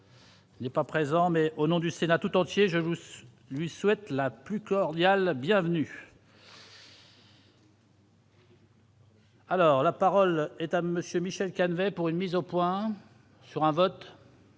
N'est pas présent mais au nom du Sénat tout entier je vous lui souhaite la plus cordiale bienvenue. Alors la parole est à monsieur Michel Calvet pour une mise au point sur un vote.